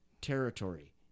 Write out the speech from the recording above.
territory